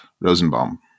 Rosenbaum